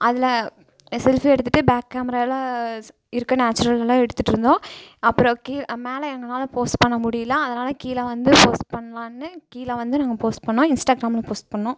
அதில் செல்ஃபி எடுத்துட்டு back camera எல்லாம் இருக்கிற நேச்சுரல்கள்லாம் எடுத்துட்டு இருந்தோம் அப்புறம் கீ மேலே எங்களால போஸ்ட் பண்ண முடியலை அதனால் கீழே வந்து போஸ்ட் பண்ணலான்னு கீழே வந்து நாங்கள் போஸ்ட் பண்ணோம் இன்ஸ்டாகிராமுலேயும் போஸ்ட் பண்ணோம்